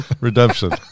Redemption